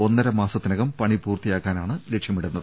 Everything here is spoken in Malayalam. ഒന്നര മാസത്തിനകം പണി പൂർത്തിയാക്കാനാണ് ല്ക്ഷ്യമിടുന്നത്